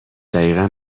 دقیقا